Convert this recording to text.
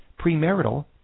premarital